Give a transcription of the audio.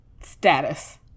status